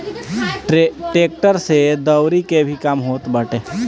tractor से दवरी के भी काम होत बाटे